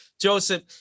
Joseph